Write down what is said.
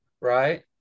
right